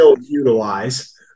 Utilize